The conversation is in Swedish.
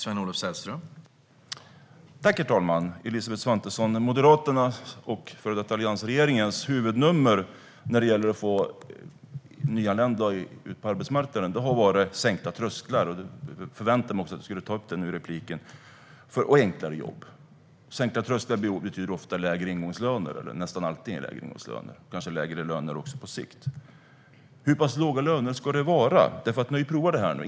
Herr talman! Moderaternas och före detta alliansregeringens huvudnummer när det gäller att få ut nyanlända på arbetsmarknaden har varit sänkta trösklar - jag förväntade mig också att du skulle ta upp det i repliken - och enklare jobb. Sänkta trösklar för jobb betyder ofta lägre ingångslöner, nästan alltid lägre ingångslöner, och kanske också lägre löner på sikt. Hur pass låga ska lönerna vara? Ni har ju provat det.